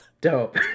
dope